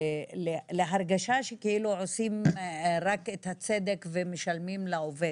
להרגשה שכאילו עושים רק את הצדק ומשלמים לעובד,